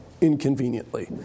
Inconveniently